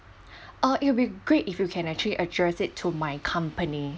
uh it will be great if you can actually address it to my company